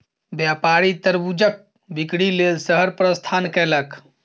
व्यापारी तरबूजक बिक्री लेल शहर प्रस्थान कयलक